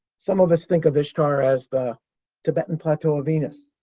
some of us think of ishtar as the tibetan plateau of venus.